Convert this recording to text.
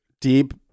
deep